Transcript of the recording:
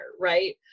Right